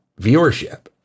viewership